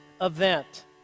event